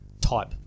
type